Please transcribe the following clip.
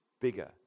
bigger